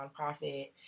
nonprofit